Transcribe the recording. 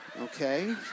Okay